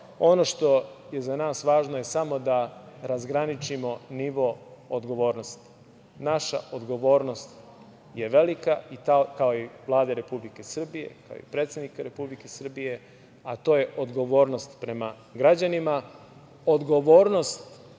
što je za nas važno je samo da razgraničimo nivo odgovornosti. Naša odgovornost je velika, kao i Vlade Republike Srbije, kao i predsednika Republike Srbije, a to je odgovornost prema građanima.